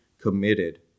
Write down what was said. committed